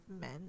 men